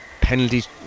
penalties